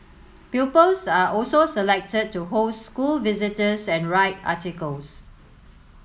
pupils are also selected to host school visitors and write articles